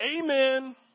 amen